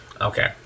okay